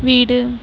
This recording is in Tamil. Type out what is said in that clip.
வீடு